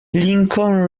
lincoln